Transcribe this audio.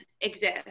exist